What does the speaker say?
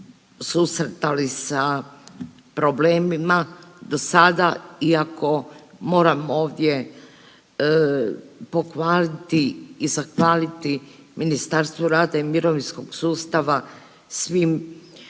susretali sa problemima do sada iako moram ovdje pohvaliti i zahvaliti Ministarstvo rada i mirovinskog sustava, svim